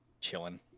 Chilling